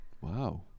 Wow